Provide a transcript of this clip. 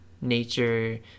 nature